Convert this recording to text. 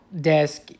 desk